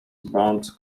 bonds